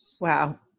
Wow